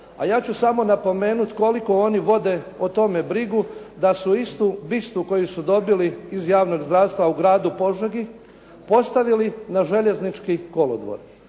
A ja ću samo napomenuti koliko oni vode o tome brigu da su istu bistu koju su dobili iz javnog zdravstva u gradu Požegi postavili na željeznički kolodvor.